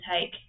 take